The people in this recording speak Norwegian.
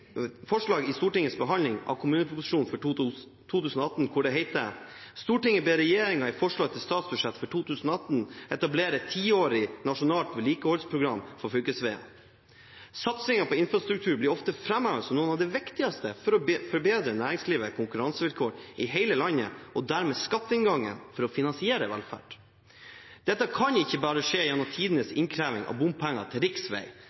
forslag i forbindelse med Stortingets behandling av kommuneproposisjonen for 2018, hvor det het: «Stortinget ber regjeringen i forslag til statsbudsjett for 2018 etablere et tiårig nasjonalt vedlikeholdsprogram for fylkesveiene.» Satsing på infrastruktur blir ofte framhevet som noe av det viktigste for å forbedre næringslivets konkurransevilkår i hele landet og dermed skatteinngangen for å finansiere velferd. Dette kan ikke bare skje gjennom tidenes innkreving av bompenger til